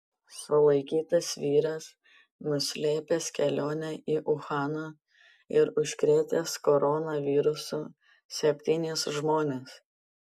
sulaikytas vyras nuslėpęs kelionę į uhaną ir užkrėtęs koronavirusu septynis žmones